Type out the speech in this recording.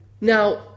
Now